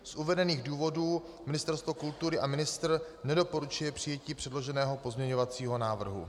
Z uvedených důvodů Ministerstvo kultury a ministr nedoporučuje přijetí předloženého pozměňovacího návrhu.